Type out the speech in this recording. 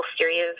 series